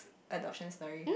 adoption story